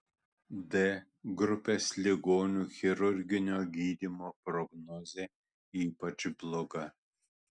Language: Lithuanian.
d grupės ligonių chirurginio gydymo prognozė ypač bloga